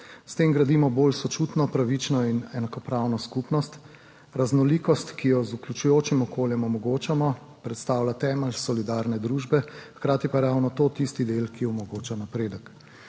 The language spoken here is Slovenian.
S tem gradimo bolj sočutno, pravično in enakopravno skupnost. Raznolikost, ki jo z vključujočim okoljem omogočamo, predstavlja temelj solidarne družbe, hkrati pa je ravno to tisti del, ki omogoča napredek.